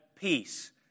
peace